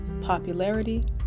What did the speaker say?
popularity